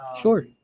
Sure